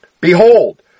Behold